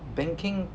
banking